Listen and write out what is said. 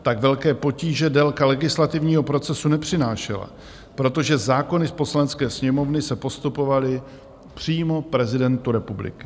Tak velké potíže délka legislativního procesu nepřinášela, protože zákony z Poslanecké sněmovny se postupovaly přímo prezidentu republiky.